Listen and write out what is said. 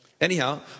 Anyhow